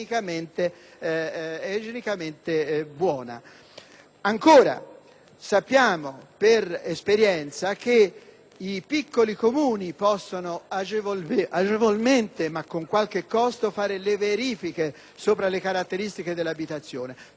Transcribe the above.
Sappiamo poi per esperienza che i piccoli Comuni possono agevolmente, ma con qualche costo, compiere le verifiche sulle caratteristiche dell'abitazione ma non così possono fare i grandi e i grandissimi Comuni, dove queste verifiche non vengono